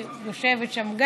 שגם יושבת שם,